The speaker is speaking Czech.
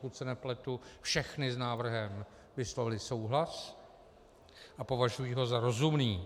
Pokud se nepletu, všechny s návrhem vyslovily souhlas a považují ho za rozumný.